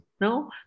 No